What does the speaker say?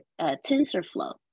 TensorFlow